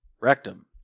Rectum